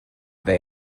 they